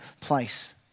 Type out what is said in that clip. place